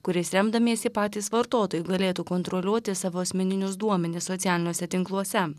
kuriais remdamiesi patys vartotojai galėtų kontroliuoti savo asmeninius duomenis socialiniuose tinkluose